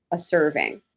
a serving.